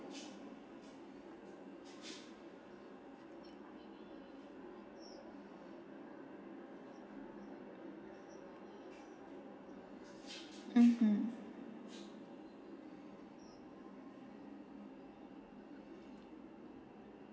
mmhmm